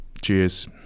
Cheers